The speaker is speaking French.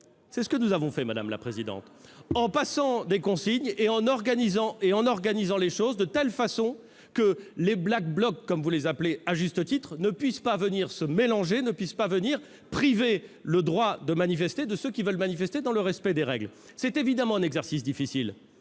C'est ce que nous avons fait, ... Non !... en donnant des consignes et en organisant les choses de telle façon que les Black Blocs, comme vous les appelez à juste titre, ne puissent pas venir se mélanger, ne puissent pas priver de leur droit ceux qui veulent manifester dans le respect des règles. C'est évidemment un exercice difficile